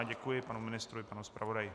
Děkuji panu ministrovi i panu zpravodaji.